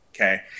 okay